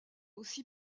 aussi